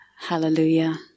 Hallelujah